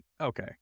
okay